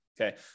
Okay